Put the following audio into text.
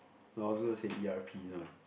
I was gonna say e_r_p eh